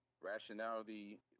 rationality